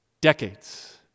decades